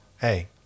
hey